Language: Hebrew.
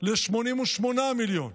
ל-88 מיליון.